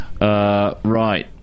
Right